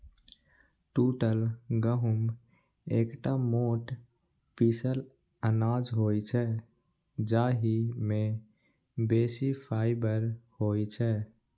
टूटल गहूम एकटा मोट पीसल अनाज होइ छै, जाहि मे बेसी फाइबर होइ छै